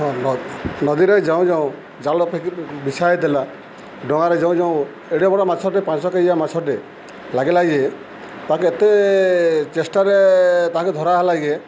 ହଁ ନ ନଦୀରେ ଯାଉ ଯାଉଁ ଜାଲ ବିଛା ହେଇଥିଲା ଡଙ୍ଗାରେ ଯାଉ ଯାଉଁ ଏଡେ ବଡ଼ ମାଛଟେ ପାଞ୍ଚ କେଜିଆ ମାଛଟେ ଲାଗିଲା ଯେ ତାକୁ ଏତେ ଚେଷ୍ଟାରେ ତାକୁ ଧରା ହେ ଲାକେ